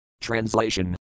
Translation